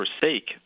forsake